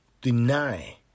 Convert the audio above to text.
deny